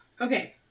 Okay